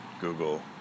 Google